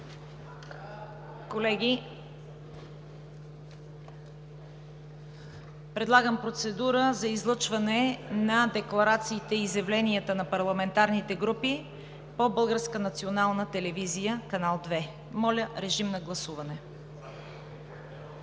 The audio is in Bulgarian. Колеги, предлагам процедура за излъчване на декларациите и изявленията на парламентарните групи по Българска национална